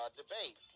debate